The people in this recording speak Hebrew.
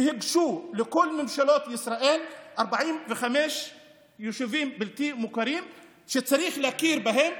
והוגשו לכל ממשלות ישראל 45 יישובים בלתי-מוכרים שצריך להכיר בהם